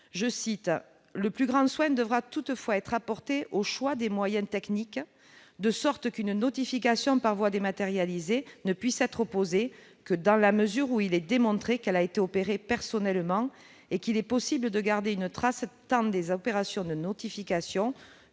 »:« Le plus grand soin devra toutefois être apporté au choix des moyens techniques de sorte qu'une notification par voie dématérialisée ne puisse être opposée que dans la mesure où il est démontré qu'elle a été opérée personnellement et qu'il est possible de garder une trace tant des opérations de notification